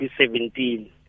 2017